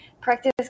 practice